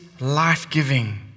life-giving